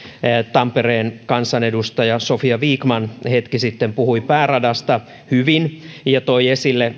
tampereen kansanedustaja sofia vikman hetki sitten puhui pääradasta hyvin ja toi esille